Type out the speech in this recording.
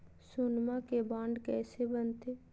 सोनमा के बॉन्ड कैसे बनते?